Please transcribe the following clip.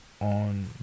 on